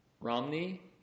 Romney